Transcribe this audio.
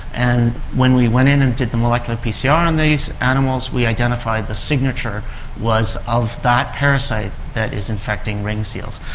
and when we went in and did the molecular pcr on these animals we identified the signature was of that parasite that is infecting ring seals.